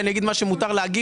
ואני אגיד מה שמותר להגיד.